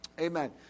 Amen